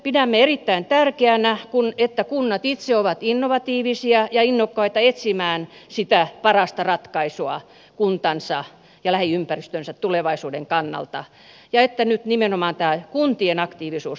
pidämme erittäin tärkeänä että kunnat itse ovat innovatiivisia ja innokkaita etsimään sitä parasta ratkaisua kuntansa ja lähiympäristönsä tulevaisuuden kannalta ja että nyt nimenomaan tämä kuntien aktiivisuus huomioidaan